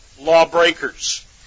lawbreakers